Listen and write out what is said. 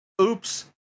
oops